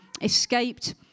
escaped